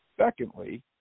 Secondly